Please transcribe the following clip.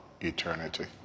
Eternity